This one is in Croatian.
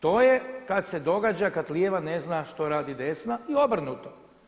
To je kad se događa kad lijeva ne zna što radi desna i obrnuto.